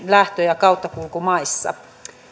lähtö ja kauttakulkumaissa